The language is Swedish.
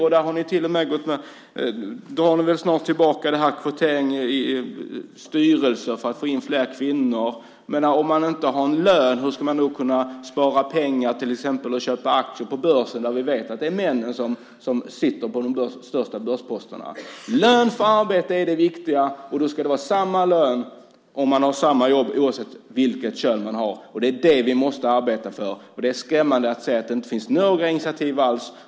Och där drar ni väl snart tillbaka förslaget om kvotering i styrelser för att få in fler kvinnor. Hur ska man, om man inte har en lön, kunna spara pengar till exempel och köpa aktier på börsen? Vi vet att det är männen som sitter på de största börsposterna. Lön för arbete är det viktiga, och då ska det vara samma lön om man har samma jobb, oavsett vilket kön man har. Det är det som vi måste arbeta för. Det är skrämmande att se att det inte finns några initiativ alls.